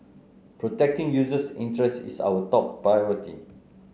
protecting users interests is our top priority